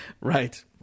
Right